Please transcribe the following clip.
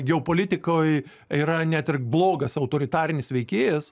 geopolitikoj yra net ir blogas autoritarinis veikėjas